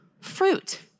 fruit